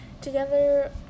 together